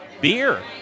beer